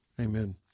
Amen